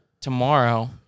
tomorrow